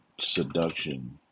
seduction